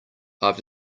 have